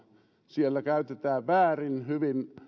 siellä käytetään hyvin